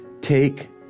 Take